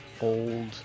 old